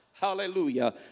Hallelujah